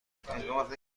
کنید